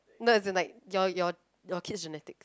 no isn't like your your your kid's genetics